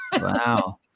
Wow